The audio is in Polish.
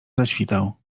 zaświtał